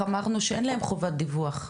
אמרנו שאין להם חובת דיווח.